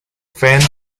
fens